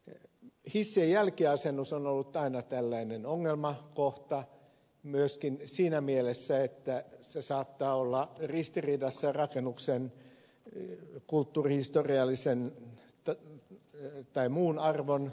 hissien jälkiasennus on ollut aina tällainen ongelmakohta myöskin siinä mielessä että se saattaa olla ristiriidassa rakennuksen kulttuurihistoriallisen tai muun arvon kanssa